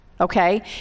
Okay